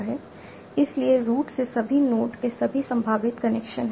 इसलिए रूट से सभी नोड के सभी संभावित कनेक्शन हैं